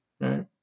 right